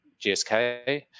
GSK